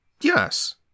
yes